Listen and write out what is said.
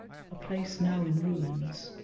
a place now in ruins,